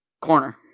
Corner